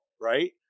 right